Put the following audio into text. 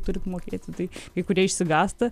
turit mokėti tai kai kurie išsigąsta